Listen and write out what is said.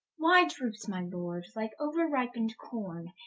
why droopes my lord like ouer-ripen'd corn,